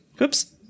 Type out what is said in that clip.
Oops